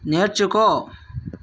నేర్చుకో